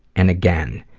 and again.